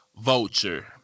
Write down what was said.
vulture